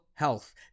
Health